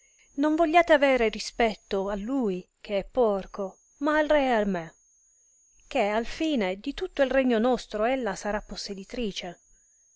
non vogliate avere rispetto a lui che è porco ma al re e a me che al fine di tutto il regno nostro ella sarà